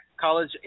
college